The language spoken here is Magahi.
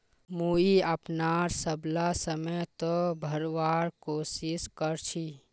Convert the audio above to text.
मुई अपनार सबला समय त भरवार कोशिश कर छि